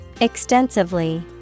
extensively